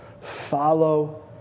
Follow